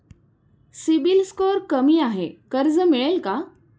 CIBIL score कमी आहे कर्ज मिळेल का?